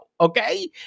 Okay